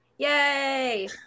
Yay